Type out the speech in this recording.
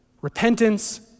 repentance